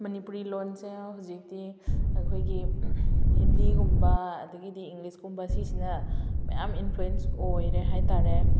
ꯃꯅꯤꯄꯨꯔꯤ ꯂꯣꯟꯁꯦ ꯍꯧꯖꯤꯛꯇꯤ ꯑꯩꯈꯣꯏꯒꯤ ꯍꯤꯟꯗꯤꯒꯨꯝꯕ ꯑꯗꯨꯗꯒꯤꯗꯤ ꯏꯪꯂꯤꯁꯀꯨꯝꯕ ꯑꯁꯤꯁꯤꯅ ꯃꯌꯥꯝ ꯏꯟꯐ꯭ꯂꯨꯌꯦꯟꯁ ꯑꯣꯏꯔꯦ ꯍꯥꯏꯇꯥꯔꯦ